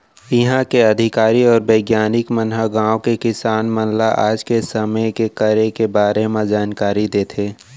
इहॉं के अधिकारी अउ बिग्यानिक मन ह गॉंव के किसान मन ल आज के समे के करे के बारे म जानकारी देथे